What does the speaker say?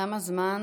תם הזמן.